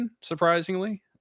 surprisingly